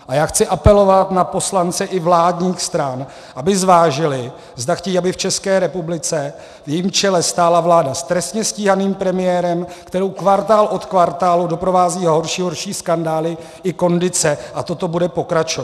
A já chci apelovat na poslance i vládních stran, aby zvážili, zda chtějí, aby v České republice, v jejím čele, stála vláda s trestně stíhaným premiérem, kterou kvartál od kvartálu doprovázejí horší a horší skandály i kondice, a toto bude pokračovat.